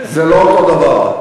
זה לא אותו דבר.